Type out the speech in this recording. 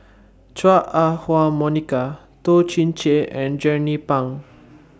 Chua Ah Huwa Monica Toh Chin Chye and Jernnine Pang